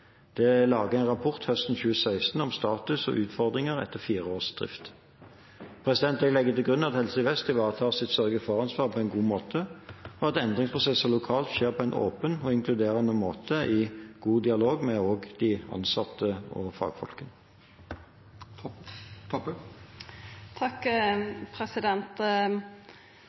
Det er laget en rapport høsten 2016 om status og utfordringer etter fire års drift. Jeg legger til grunn at Helse Vest ivaretar sitt sørge-for-ansvar på en god måte, og at endringsprosesser lokalt skjer på en åpen og inkluderende måte, i god dialog med de ansatte og